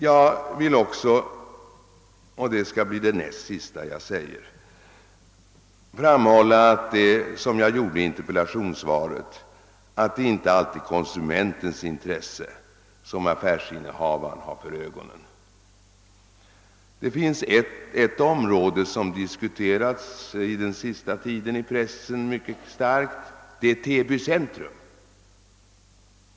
Jag vill också — och det skall bli det näst sista jag säger nu — framhålla, som jag gjorde i interpellationssvaret, att det inte alltid är konsumentens intresse som affärsinnehavaren har för ögonen. Ett område har diskuterats livligt i pressen under den senaste tiden, nämligen Täby centrum.